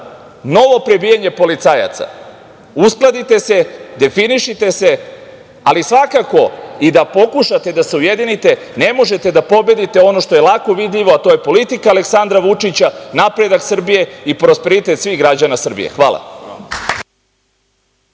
novo prebijanje policajaca. Uskladite se, definišite se, ali svakako i da pokušate da se ujedinite, ne možete da pobedite ono što je lako vidljivo, a to je politika Aleksandra Vučića, napredak Srbije i prosperitet svih građana Srbije. Hvala.